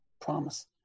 promise